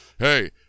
hey